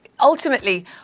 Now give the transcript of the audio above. Ultimately